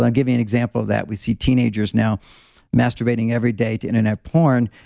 i'll give you an example of that. we see teenagers now masturbating every day to internet porn.